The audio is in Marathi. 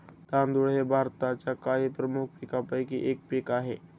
तांदूळ हे भारताच्या काही प्रमुख पीकांपैकी एक पीक आहे